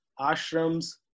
ashrams